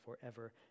forever